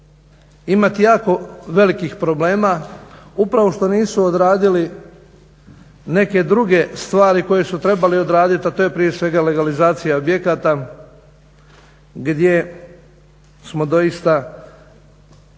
imati jako velikih problema upravo što nisu odradili neke druge stvari koje su trebali odraditi, a to je prije svega legalizacija objekata gdje smo doista